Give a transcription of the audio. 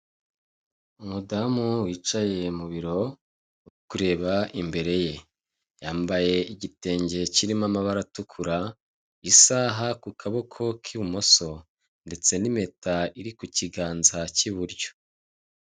Umudamu wicaye mu biro uri kureba imbere ye. Yambaye igitenge kirimo amabara atukura, isaha ku kaboko k'ibumoso ndetse n'impete iri ku kiganza k'iburyo.